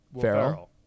Farrell